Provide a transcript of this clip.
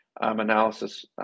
analysis